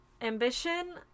ambition